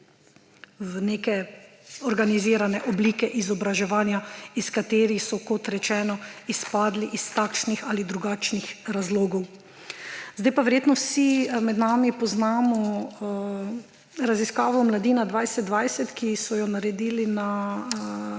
v neke organizirane oblike izobraževanja, iz katerih so, kot rečeno, izpadli iz takšnih ali drugačnih razlogov. Zdaj pa, verjetno vsi med nami poznamo raziskavo Mladina 2020, ki so jo naredili na